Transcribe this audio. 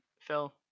Phil